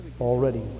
already